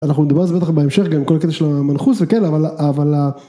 אנחנו נדבר על זה בטח בהמשך גם עם כל הקטע של המנחוס וכן אבל.